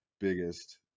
biggest